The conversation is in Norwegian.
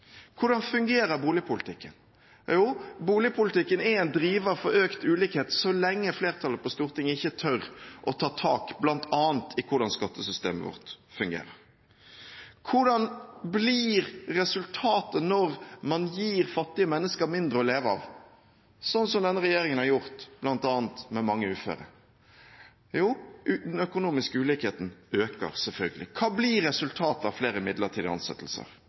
Hvordan fungerer boligpolitikken? Jo, boligpolitikken er en driver for økt ulikhet, så lenge flertallet på Stortinget ikke tør å ta tak bl.a. i hvordan skattesystemet vårt fungerer. Hvordan blir resultatet når man gir fattige mennesker mindre å leve av, slik denne regjeringen har gjort bl.a. med mange uføre? Jo, den økonomiske ulikheten øker, selvfølgelig. Hva blir resultatet av flere midlertidige ansettelser,